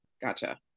gotcha